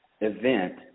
event